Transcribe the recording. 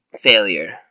failure